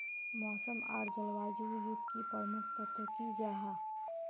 मौसम आर जलवायु युत की प्रमुख तत्व की जाहा?